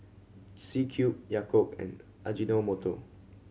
C Cube Yakult and Ajinomoto